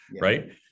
right